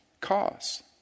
cause